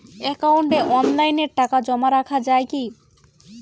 একাউন্টে অনলাইনে টাকা জমা রাখা য়ায় কি?